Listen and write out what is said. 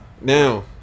Now